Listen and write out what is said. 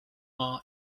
are